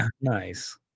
nice